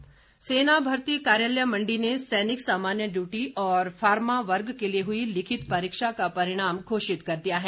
परिणाम सेना भर्ती कार्यालय मण्डी ने सैनिक सामान्य डयूटी और फार्मा वर्ग के लिए हुई लिखित परीक्षा का परिणाम घोषित कर दिया है